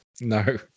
No